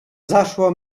zaszło